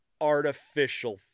artificial